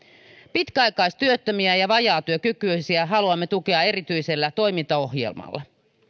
pitkäaikaistyöttömiä ja vajaatyökykyisiä haluamme tukea erityisellä toimintaohjelmalla